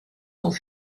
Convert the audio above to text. sont